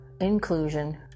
inclusion